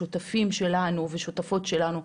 שותפים שלנו ושותפות שלנו,